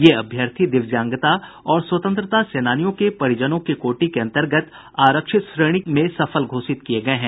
ये अभ्यर्थी दिव्यांगता और स्वतंत्रता सेनानियों के परिजनों के कोटि के अंतर्गत आरक्षित श्रेणी के अंतर्गत सफल घोषित किये गये हैं